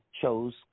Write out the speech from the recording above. chose